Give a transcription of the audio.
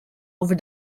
over